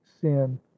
sin